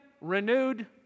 renewed